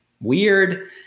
weird